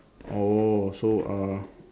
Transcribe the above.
oh so err